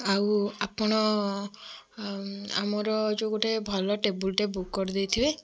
ଆଉ ଆପଣ ଆମର ଯେଉଁ ଗୋଟେ ଭଲ ଟେବୁଲ୍ଟେ ବୁକ୍ କରିଦେଇଥିବେ